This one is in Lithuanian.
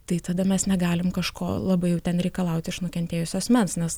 tai tada mes negalim kažko labai jau ten reikalauti iš nukentėjusio asmens nes